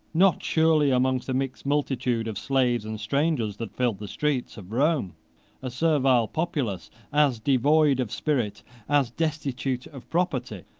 not surely amongst the mixed multitude of slaves and strangers that filled the streets of rome a servile populace, as devoid of spirit as destitute of property.